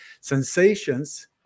sensations